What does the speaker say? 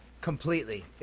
Completely